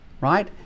Right